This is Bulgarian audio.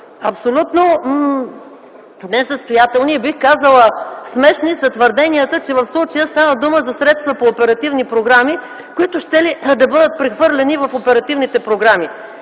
Абсолютно несъстоятелни и, бих казала, смешни са твърденията, че в случая става дума за средства по оперативни програми, които щели да бъдат прехвърлени в оперативните програми.